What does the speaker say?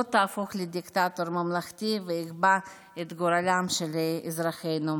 תהפוך לדיקטטור ממלכתי ותקבע את גורלם של אזרחינו.